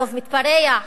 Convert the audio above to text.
הרוב מתפרע,